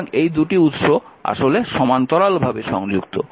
সুতরাং এই দুটি উৎস আসলে সমান্তরালভাবে সংযুক্ত